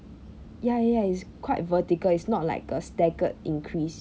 ya ya ya it's quite vertical it's not like a staggered increase